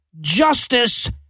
justice